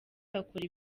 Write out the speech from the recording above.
bakora